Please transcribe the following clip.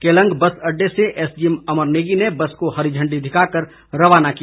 Keylong bus अड़डे से SDM Amar Negi ने बस को हरी झण्डी दिखाकर रवाना किया